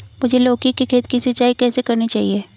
मुझे लौकी के खेत की सिंचाई कैसे करनी चाहिए?